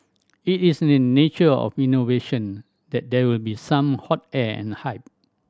it is in the nature of innovation that there will be some hot air and hype